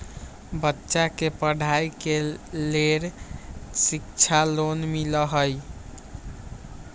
बच्चा के पढ़ाई के लेर शिक्षा लोन मिलहई?